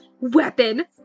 weapon